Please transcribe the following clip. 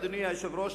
אדוני היושב-ראש,